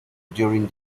during